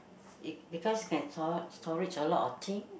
it because you can stor~ storage a lot of thing